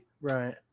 Right